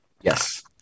Yes